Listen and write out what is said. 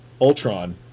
Ultron